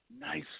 nice